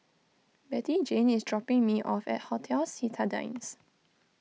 Bettyjane is dropping me off at Hotel Citadines